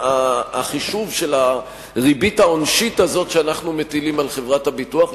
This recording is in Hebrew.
החישוב של הריבית העונשית הזאת שאנחנו מטילים על חברת הביטוח.